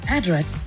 Address